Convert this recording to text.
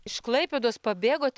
iš klaipėdos pabėgot